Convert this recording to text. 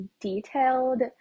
detailed